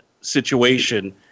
situation